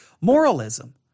moralism